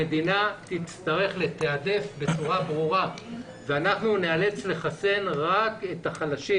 המדינה תצטרך לתעדף בצורה ברורה ואנחנו נאלץ לחסן רק את החלשים.